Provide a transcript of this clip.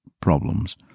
problems